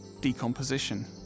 decomposition